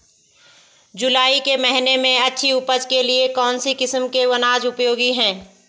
जुलाई के महीने में अच्छी उपज के लिए कौन सी किस्म के अनाज उपयोगी हैं?